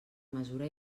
mesura